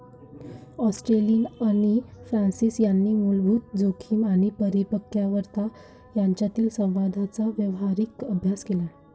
ॲस्टेलिनो आणि फ्रान्सिस यांनी मूलभूत जोखीम आणि परिपक्वता यांच्यातील संबंधांचा व्यावहारिक अभ्यास केला